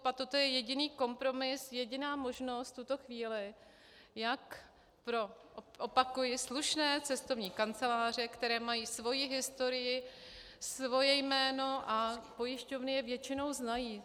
A toto je jediný kompromis, jediná možnost v tuto chvíli, jak pro, opakuji, slušné cestovní kanceláře, které mají svoji historii, svoje jméno, a pojišťovny je většinou znají.